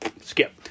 skip